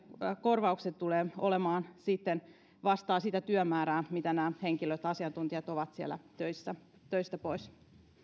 korvaukset sitten vastaavat sitä työmäärää minkä verran nämä henkilöt asiantuntijat ovat sieltä töistä pois